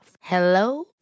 Hello